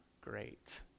great